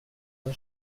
moi